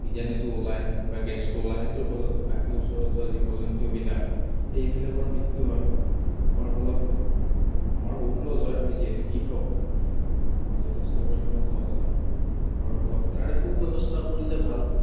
বীজাণুটো ওলায় বা গেছটো ওলায় সেইটোৰ ফলত বাকী ওচৰত যোৱা জীৱ জন্তুবিলাক সেইবিলাকৰ মৃত্য়ু হয় হোৱাৰ ফলত আমাৰ বহুত লছ হয় আমি যিহেতু কৃষক আমাৰ যথেষ্ট পৰিমাণৰ লছ হয় হোৱাৰ ফলত তাৰে সু ব্য়ৱস্থা কৰিলে ভাল